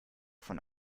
von